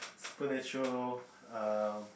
supernatural err